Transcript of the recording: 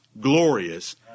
glorious